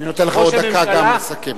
אני נותן לך עוד דקה לסכם.